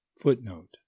Footnote